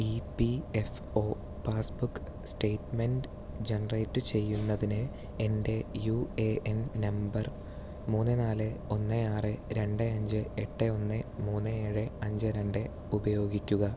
E P F O passbook statement generate ചെയ്യുന്നതിന് എൻ്റെ U A N number മൂന്ന് നാല് ഒന്ന് ആറ് രണ്ട് അഞ്ച് എട്ട് ഒന്ന് മൂന്ന് ഏഴ് അഞ്ച് രണ്ട് ഉപയോഗിക്കുക